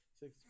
six